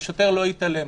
שהשוטר לא יתעלם,